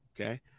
Okay